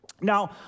Now